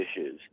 issues